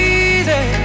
easy